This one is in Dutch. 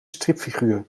stripfiguur